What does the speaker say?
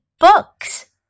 books